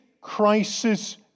crisis